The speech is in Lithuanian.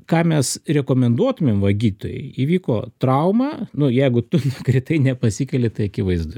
ką mes rekomenduotumėm va gydtojai įvyko trauma nu jeigu tu kritai nepasikeli tai akivaizdu